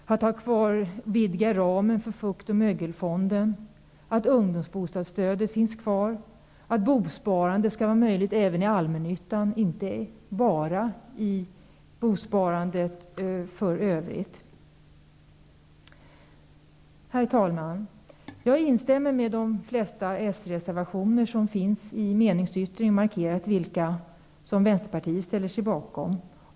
Vi vill ha kvar och vidga ramen för fukt och mögelfonden. Vi vill ha kvar ungdomsbostadsstödet. Vi anser att bosparande skall vara möjligt även inom allmännyttan och inte bara inom nuvarande bosparande. Herr talman! Jag instämmer i de flesta socialdemokratiska reservationer. I meningsyttringen har jag markerat vilka reservationer som Vänsterpartiet ställer sig bakom.